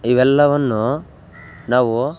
ಇವೆಲ್ಲವನ್ನು ನಾವು